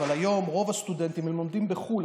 אבל היום רוב הסטודנטים לומדים בחו"ל.